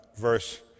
verse